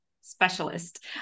specialist